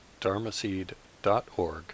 dharmaseed.org